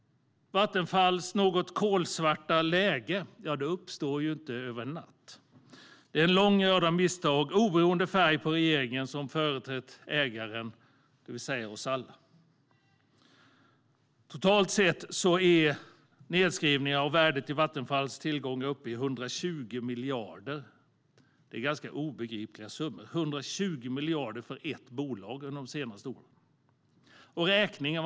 Vattenfalls något kolsvarta läge uppstod inte över en natt. Det finns en lång rad av misstag, oberoende av färgen på den regering som har företrätt ägaren, det vill säga oss alla. Totalt har nedskrivningen av värdet på Vattenfalls tillgångar uppgått till 120 miljarder under de senaste åren. Det är ganska obegripliga summor för ett enda bolag. Och var landar räkningen?